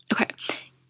Okay